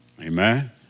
Amen